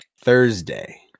Thursday